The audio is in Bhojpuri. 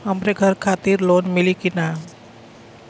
हमरे घर खातिर लोन मिली की ना?